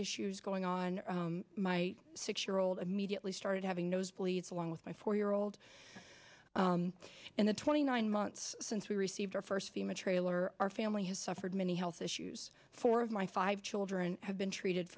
issues going on my six year old immediately started having nosebleeds along with my four year old and the twenty nine months since we received our first fema trailer our family has suffered many health issues four of my five children have been treated